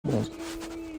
bronze